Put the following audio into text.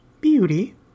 Beauty